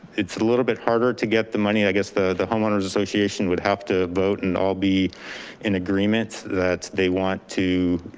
it's a little bit harder to get the money, i guess the the homeowners association would have to vote and all be in agreement that they want to,